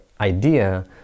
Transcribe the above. idea